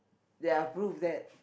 there are proof that